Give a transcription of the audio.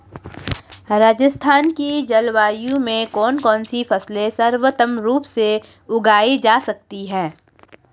राजस्थान की जलवायु में कौन कौनसी फसलें सर्वोत्तम रूप से उगाई जा सकती हैं?